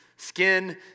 Skin